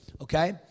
okay